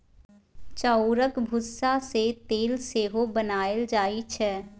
चाउरक भुस्सा सँ तेल सेहो बनाएल जाइ छै